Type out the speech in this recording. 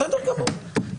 בסדר גמור.